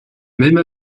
même